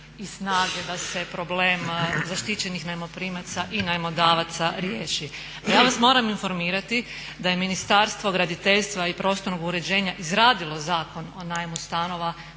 i snage da se problem zaštićenih najmoprimaca i najmodavaca riješi. Ja vas moram informirati da je Ministarstvo graditeljstva i prostornog uređenja izradilo Zakon o najmu stanova